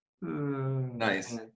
Nice